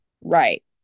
Right